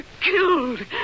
killed